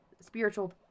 spiritual